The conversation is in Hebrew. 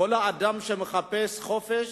כל אדם שמחפש חופש,